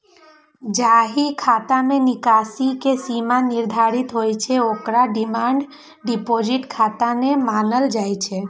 जाहि खाता मे निकासी के सीमा निर्धारित होइ छै, ओकरा डिमांड डिपोजिट खाता नै मानल जाइ छै